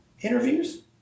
interviews